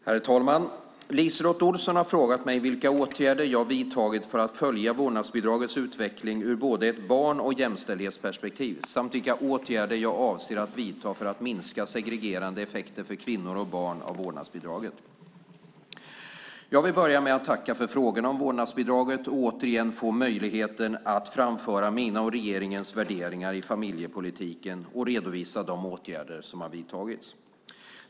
Herr talman! LiseLotte Olsson har frågat mig vilka åtgärder jag har vidtagit för att följa vårdnadsbidragets utveckling ur både ett barn och ett jämställdhetsperspektiv, samt vilka åtgärder jag avser att vidta för att minska segregerande effekter för kvinnor och barn av vårdnadsbidraget. Jag vill börja med att tacka för frågorna om vårdnadsbidraget och återigen få möjligheten att framföra mina och regeringens värderingar i familjepolitiken och redovisa de åtgärder som har vidtagits.